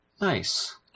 Nice